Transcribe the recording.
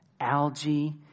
algae